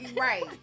right